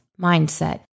mindset